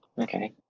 Okay